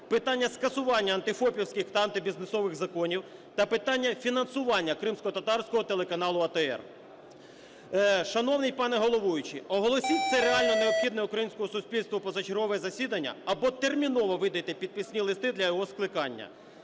питання скасування антифопівських та антибізнесових законів та питання фінансування кримськотатарського телеканалу АТR. Шановний пане головуючий, оголосіть це реально необхідне українському суспільству позачергове засідання або терміново видайте підписні листи для його скликання.